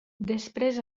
després